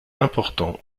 important